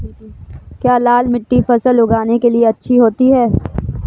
क्या लाल मिट्टी फसल उगाने के लिए अच्छी होती है?